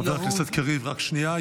חבר הכנסת קריב, רק שנייה.